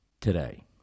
today